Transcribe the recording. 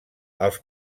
els